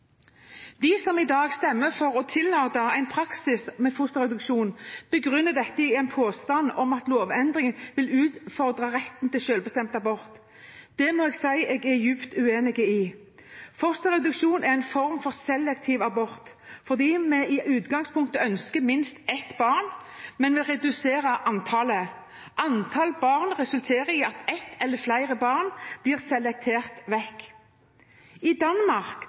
De som i dag stemmer for å tillate en praksis med fosterreduksjon, begrunner dette i en påstand om at lovendringen vil utfordre retten til selvbestemt abort. Det må jeg si at jeg er dypt uenig i. Fosterreduksjon er en form for selektiv abort fordi vi i utgangspunktet ønsker minst ett barn, men vil redusere antallet. Antall barn resulterer i at ett eller flere barn blir selektert vekk. I Danmark